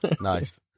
nice